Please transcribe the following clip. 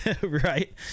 right